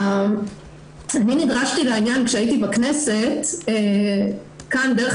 אני נדרשתי לעניין כשהייתי בכנסת דרך